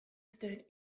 stood